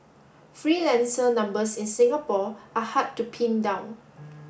freelancer numbers in Singapore are hard to pin down